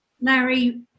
Larry